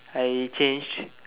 I changed